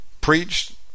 preached